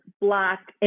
black